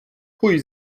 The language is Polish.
chuj